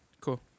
Cool